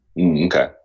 Okay